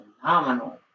phenomenal